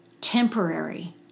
temporary